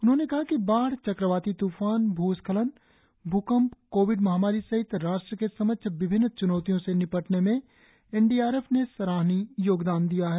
उन्होंने कहा कि बाढ़ चक्रवाती त्फान भूस्खलन भूकंप कोविड महामारी सहित राष्ट्र के समक्ष विभिन्न च्नौतियों से निपटने में एन डी आर एफ ने सराहनीय योगदान दिया है